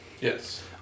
Yes